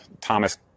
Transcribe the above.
Thomas